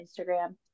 Instagram